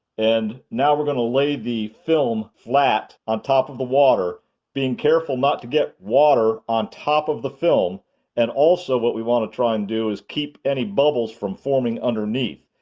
and now we're going to lay the film flat on top of the water being careful not to get water on top of the film and also what we want to try and do is keep any bubbles from forming underneath.